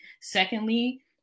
Secondly